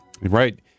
Right